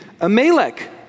Amalek